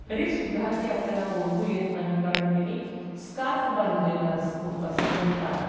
तरीसुद्धा ती आपल्याला ओळखू येत नाही कारण तिने स्कार्फ बांधलेला असतो असं म्हणतात